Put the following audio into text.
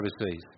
overseas